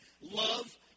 Love